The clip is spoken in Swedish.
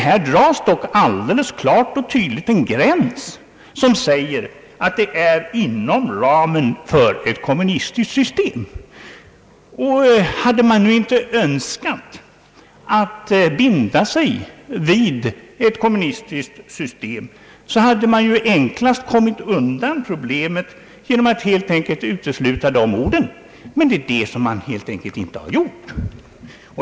Här dras dock i deklarationen alldeles klart och tydligt en gräns, som säger, att det är fråga om frihet inom ramen för ett kommunistiskt system. Om man nu inte önskat binda sig vid ett kommunistiskt system, hade man enklast kommit undan problemet genom att utesluta de orden, men det har man inte gjort.